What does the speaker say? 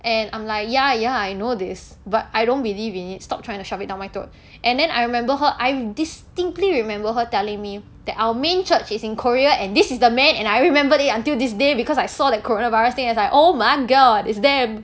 and I'm like ya ya I know this but I don't believe in it stop trying to shove it down my throat and then I remember her I distinctly remember her telling me that our main church is in Korea and this is the man and I remembered it until this day because I saw that corona virus thing is like my god is them